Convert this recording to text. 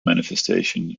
manifestation